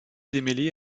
démêlés